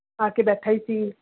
ਆ ਕੇ ਬੈਠਾ ਹੀ ਸੀ